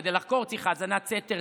כדי לחקור צריך האזנת סתר,